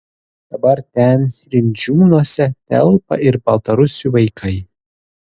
dabar ten rimdžiūnuose telpa ir baltarusių vaikai